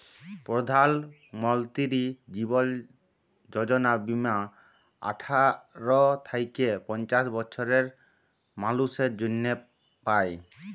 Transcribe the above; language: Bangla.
পরধাল মলতিরি জীবল যজলা বীমা আঠার থ্যাইকে পঞ্চাশ বসরের মালুসের জ্যনহে পায়